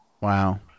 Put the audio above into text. Wow